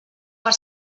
per